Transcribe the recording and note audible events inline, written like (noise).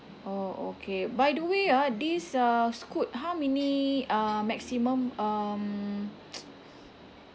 oh okay by the way ah this uh scoot how how many uh maximum um (noise)